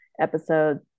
episode